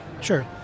Sure